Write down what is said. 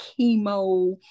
chemo